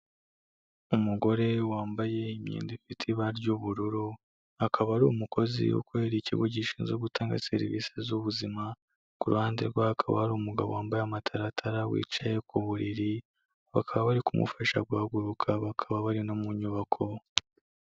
Umugore wambaye imyenda ifite ibara ry'ubururu, akaba ari umukozi ukorera ikigo gishinzwe gutanga serivisi z'ubuzima, ku ruhande rwe hakaba hari umugabo wambaye amataratara, wicaye ku buriri, bakaba bari kumufasha guhaguruka bakaba bari no mu nyubako.